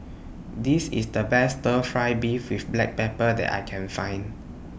This IS The Best Stir Fry Beef with Black Pepper that I Can Find